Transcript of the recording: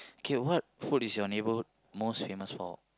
okay what food is your neighborhood most famous for